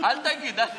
אל תגיד, אל,